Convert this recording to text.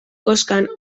koskan